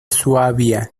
suabia